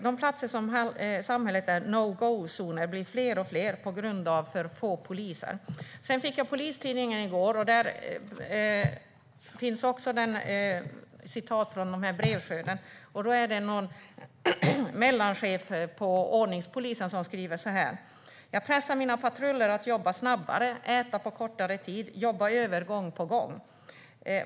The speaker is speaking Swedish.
De platser som i samhälle är no go-zoner blir fler och fler på grund av för få poliser. Jag fick Polistidningen i går. Den innehåller också citat från denna brevskörd. En mellanchef på ordningspolisen skriver: Jag pressar mina patruller att jobba snabbare, äta på kortare tid, jobba över gång på gång.